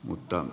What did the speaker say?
mutta